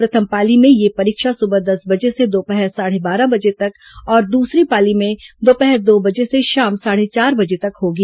प्रथम पाली में यह परीक्षा सुबह दस बजे से दोपहर साढ़े बारह बजे तक और दूसरी पाली में दोपहर दो बजे से शाम साढ़े चार बजे तक होगी